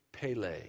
Pele